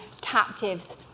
captives